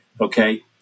Okay